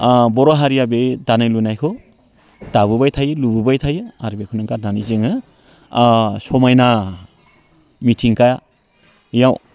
न बर' हारिया बे दानाय लुनायखौ दाबोबाय थायो लुबोबाय थायो आरो बेखौनो गारनानै जोङो समायना मिथिंगायाव